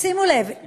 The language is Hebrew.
שימו לב,